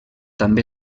també